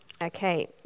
okay